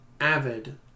avid